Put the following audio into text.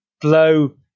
blow